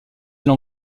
îles